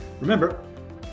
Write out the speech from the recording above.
Remember